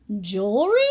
Jewelry